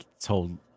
told